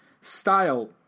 style